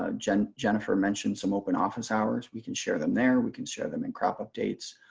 ah jennifer jennifer mentioned some open office hours. we can share them there. we can share them in crop updates.